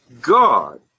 God